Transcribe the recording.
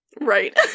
Right